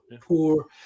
poor